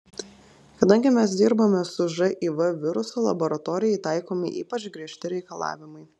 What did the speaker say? kadangi mes dirbame su živ virusu laboratorijai taikomi ypač griežti reikalavimai